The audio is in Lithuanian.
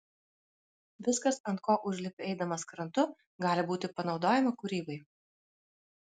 viskas ant ko užlipi eidamas krantu gali būti panaudojama kūrybai